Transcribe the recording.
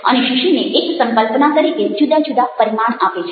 અને શીશીને એક સંકલ્પના તરીકે જુદા જુદા પરિમાણ આપે છે